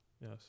Yes